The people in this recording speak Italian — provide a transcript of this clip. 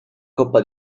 coppa